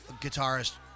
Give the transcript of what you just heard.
guitarist